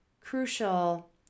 crucial